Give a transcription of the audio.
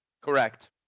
Correct